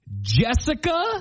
Jessica